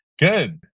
Good